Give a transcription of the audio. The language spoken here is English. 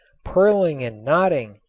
purling and knotting,